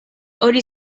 hori